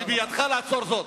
ובידך לעצור זאת.